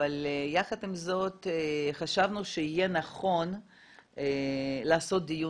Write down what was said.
אבל יחד עם זאת חשבנו שיהיה נכון לעשות דיון